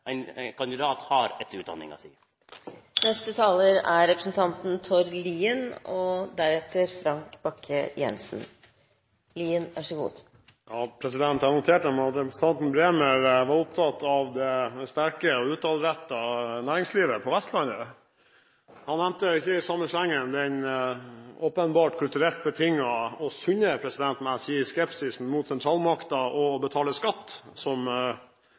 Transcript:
ein god måte blir kjende med kva kompetanse ein kandidat har etter utdanninga si. Jeg har notert meg at representanten Bremer var opptatt av det sterke og utadrettede næringslivet på Vestlandet. Han nevnte ikke i samme slengen den åpenbart kulturelt betingede – og sunne, må jeg si – skepsisen mot sentralmakten og det å betale skatt, som